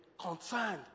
concerned